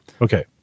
Okay